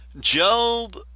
Job